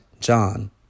John